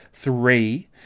Three